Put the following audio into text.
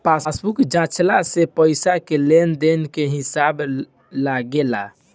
passbook जाँचला से पईसा के लेन देन के हिसाब लागेला